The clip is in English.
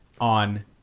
on